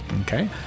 Okay